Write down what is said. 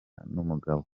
n’umugabo